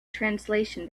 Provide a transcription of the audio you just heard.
translation